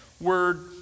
word